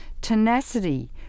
tenacity